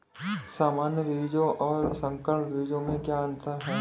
सामान्य बीजों और संकर बीजों में क्या अंतर है?